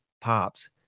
Pops